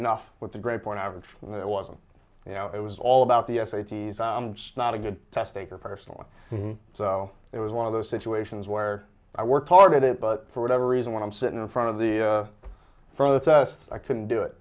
enough with the grade point average and it wasn't you know it was all about the s a t s i'm just not a good test taker personally so it was one of those situations where i work hard at it but for whatever reason when i'm sitting in front of the for the test i can do it